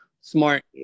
Smart